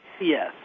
Yes